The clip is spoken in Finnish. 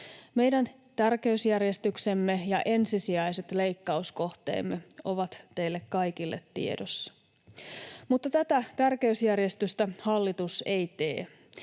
Meidän tärkeysjärjestyksemme ja ensisijaiset leikkauskohteemme ovat teille kaikille tiedossa, mutta tätä tärkeysjärjestystä hallitus ei tee